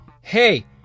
Hey